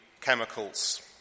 chemicals